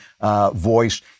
voice